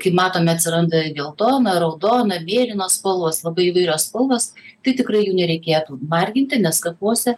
kaip matome atsiranda geltona raudona mėlyna spalvos labai įvairios spalvos tai tikrai jų nereikėtų marginti nes kapuose